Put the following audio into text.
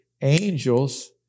angels